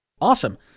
Awesome